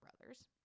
brothers